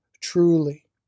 truly